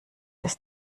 ist